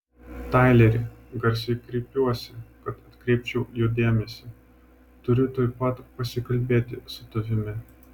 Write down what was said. taileri garsiai kreipiuosi kad atkreipčiau jo dėmesį turiu tuoj pat pasikalbėti su tavimi